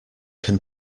can